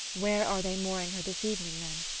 where are they mooring her this evening, then?